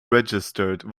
registered